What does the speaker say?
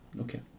Okay